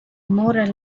more